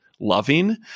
loving